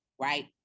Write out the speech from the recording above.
right